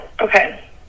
Okay